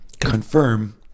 confirm